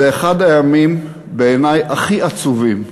זה אחד הימים, בעיני, הכי עצובים לדמוקרטיה,